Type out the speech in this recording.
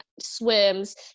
swims